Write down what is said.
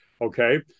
Okay